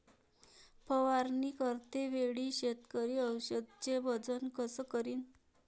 फवारणी करते वेळी शेतकरी औषधचे वजन कस करीन?